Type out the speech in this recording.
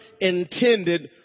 intended